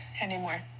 anymore